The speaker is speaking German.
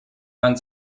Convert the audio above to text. man